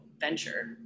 venture